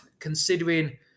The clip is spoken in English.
considering